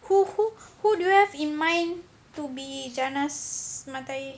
who who who do you have in mind to be jannah mata air